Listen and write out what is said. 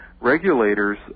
regulators